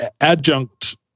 adjunct